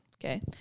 Okay